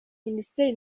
minisiteri